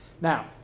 Now